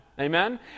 Amen